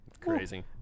Crazy